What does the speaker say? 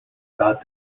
about